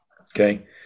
Okay